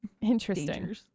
Interesting